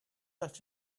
that